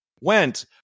went